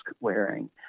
wearing